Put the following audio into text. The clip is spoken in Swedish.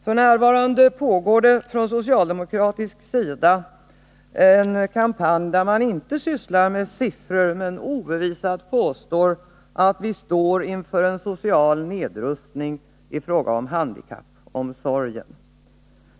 F. n. pågår det från socialdemokratisk sida en kampanj, där man inte sysslar med siffror men obevisat påstår att vi står inför en social nedrustning i fråga om handikappomsorgen.